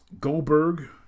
Goldberg